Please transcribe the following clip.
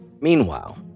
Meanwhile